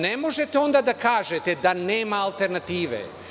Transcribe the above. Ne možete onda da kažete da nema alternative.